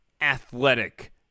athletic